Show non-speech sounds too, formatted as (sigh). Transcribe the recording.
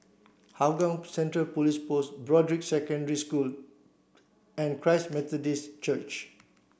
Hougang Central (unintelligible) Post Broadrick Secondary School and Christ Methodist Church